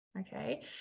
Okay